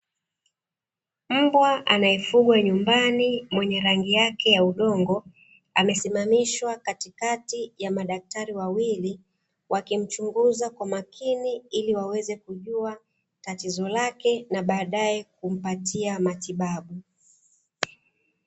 Mbwa anayefugwa nyumbani mwenye rangi yake ya udongo, amesimamishwa katikati ya madaktari wawili; wakimchunguza kwa makini ili waweze kujua tatizo lake na baadaye kumpatia matibabu.